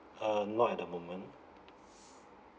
uh not at the moment